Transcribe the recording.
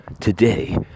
Today